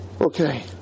Okay